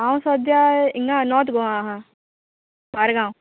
हांव सोद्यां इंगा नोर्त गोवा आहा मार्गांव